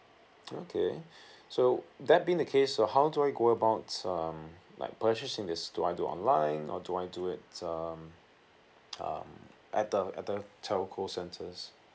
okay so that being the case so how do I go about um like purchasing this do I do it online or do I do it um um at the at the telco centres